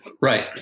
Right